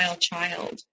child